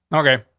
okay,